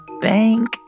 bank